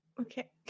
Okay